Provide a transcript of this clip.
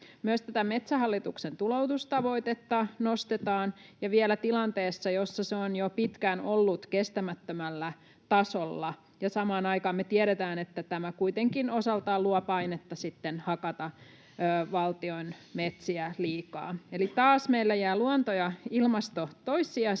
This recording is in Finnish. tätä Metsähallituksen tuloutustavoitetta nostetaan ja vielä tilanteessa, jossa se on jo pitkään ollut kestämättömällä tasolla, ja samaan aikaan me tiedetään, että tämä kuitenkin osaltaan luo painetta hakata valtion metsiä liikaa. Eli taas meillä jäävät luonto ja ilmasto toissijaisiksi